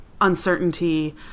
uncertainty